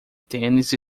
tênis